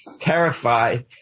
terrified